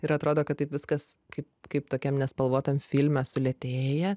ir atrodo kad taip viskas kaip kaip tokiam nespalvotam filme sulėtėja